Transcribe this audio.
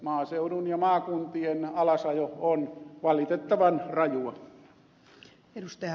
maaseudun ja maakuntien alasajo on valitettavan rajua